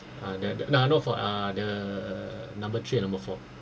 uh the the no not for the the number three and number four